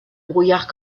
brouillard